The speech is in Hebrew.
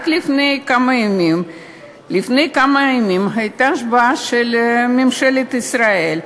רק לפני כמה ימים הייתה השבעה של ממשלת ישראל.